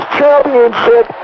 championship